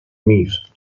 meat